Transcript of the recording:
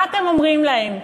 מה אתם אומרים להם?